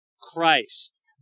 Christ